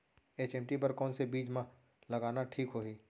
HMT बर कौन से बीज मा लगाना ठीक होही?